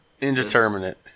Indeterminate